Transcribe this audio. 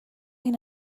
این